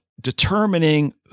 determining